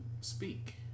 speak